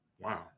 Wow